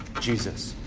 Jesus